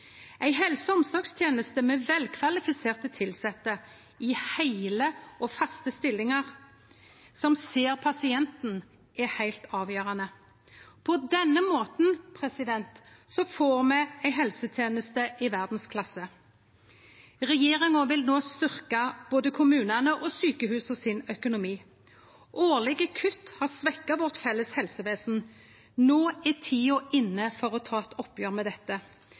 Ei helse- og omsorgsteneste med velkvalifiserte tilsette i heile og faste stillingar, som ser pasienten, er heilt avgjerande. På denne måten får me ei helseteneste i verdsklasse. Regjeringa vil styrkje økonomien til både kommunane og sjukehusa. Årlege kutt har svekt det felles helsevesenet vårt. No er tida inne for å ta eit oppgjer med dette.